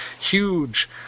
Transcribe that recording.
huge